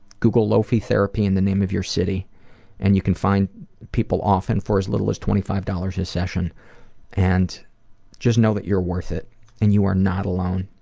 google low fee therapy and the name of your city and you can find people often for as little as twenty five dollars a session and just know that you're worth it and you are not alone.